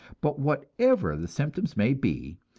but whatever the symptoms may be,